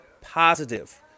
positive